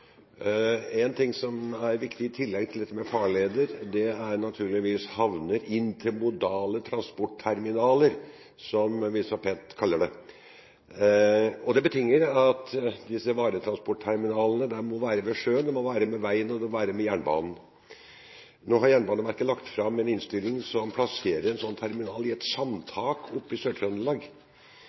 En ting som er viktig i tillegg til dette med farleder, er naturligvis havner inn til modale transportterminaler, som vi så pent kaller det. Det betinger at disse varetransportterminalene må være ved sjøen, ved veien og ved jernbanen. Nå har Jernbaneverket lagt fram en innstilling som plasserer en sånn terminal i et sandtak i